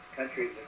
countries